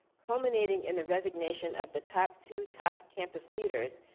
culminating in the resignation of the top two top campus leaders,